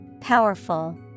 Powerful